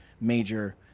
major